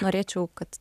norėčiau kad